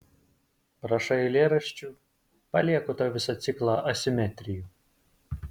prašai eilėraščių palieku tau visą ciklą asimetrijų